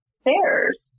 stairs